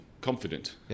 confident